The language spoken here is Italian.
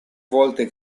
volte